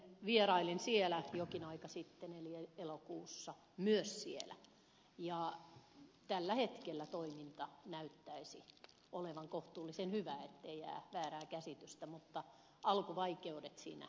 vierailin siellä jokin aika sitten eli elokuussa myös siellä ja tällä hetkellä toiminta näyttäisi olevan kohtuullisen hyvä ettei jää väärää käsitystä mutta alkuvaikeudet siinä kieltämättä olivat